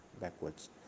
backwards